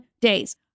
days